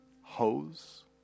hose